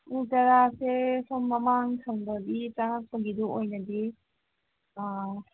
ꯎ ꯆꯔꯥꯁꯦ ꯁꯣꯝ ꯃꯃꯥꯡ ꯊꯪꯕꯒꯤ ꯆꯪꯉꯛꯄꯒꯤꯗꯨ ꯑꯣꯏꯅꯗꯤ